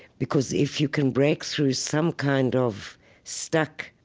because if you can break through some kind of stuck,